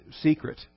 secret